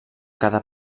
cada